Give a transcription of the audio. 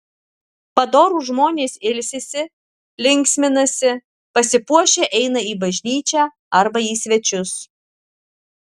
padorūs žmonės ilsisi linksminasi pasipuošę eina į bažnyčią arba į svečius